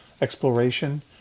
exploration